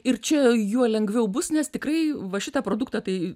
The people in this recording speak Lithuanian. ir čia juo lengviau bus nes tikrai va šitą produktą tai